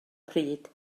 pryd